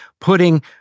putting